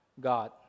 God